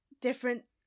different